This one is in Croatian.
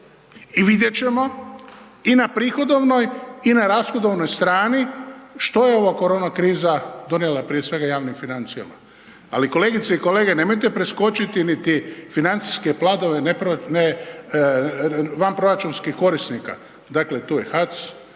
I vidjeti ćemo i na prihodovnoj i na rashodovnoj strani što je ovaj korona kriza donijela, prije svega, javnim financijama. Ali, kolegice i kolege, nemojte preskočiti niti financijske planove vanproračunskih korisnika. Dakle, tu je HAC,